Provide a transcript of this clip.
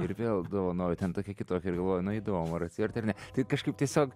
ir vėl dovanojau ten tokia kitokia ir galvoju nu įdomu ar atsivertė ar ne tai kažkaip tiesiog